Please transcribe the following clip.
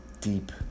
deep